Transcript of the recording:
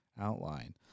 outline